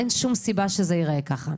אין שום סיבה שזה ייראה כך.